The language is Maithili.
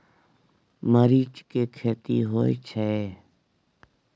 मरीच के खेती होय छय?